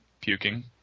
puking